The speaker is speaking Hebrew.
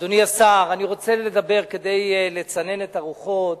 אדוני השר, כדי לצנן את הרוחות,